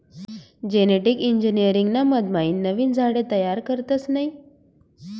genetic engineering ना मधमाईन नवीन झाडे तयार करतस नयी